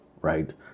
right